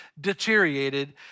deteriorated